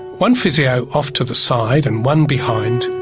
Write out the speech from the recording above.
one physio off to the side and one behind.